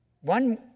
One